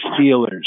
Steelers